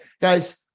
guys